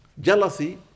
jealousy